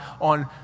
on